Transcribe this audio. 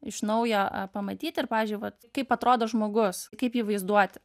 iš naujo pamatyti ir pavyzdžiui vat kaip atrodo žmogus kaip jį vaizduoti